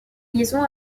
liaison